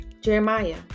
Jeremiah